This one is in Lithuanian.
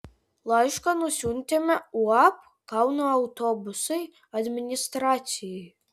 laišką nusiuntėme uab kauno autobusai administracijai